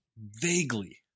Vaguely